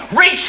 reach